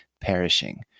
perishing